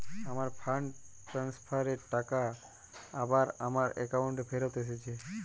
আমার fund transfer এর টাকা আবার আমার একাউন্টে ফেরত এসেছে